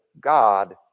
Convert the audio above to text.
God